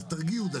אז תרגיעו דקה.